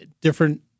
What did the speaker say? different